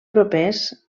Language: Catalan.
propers